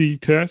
test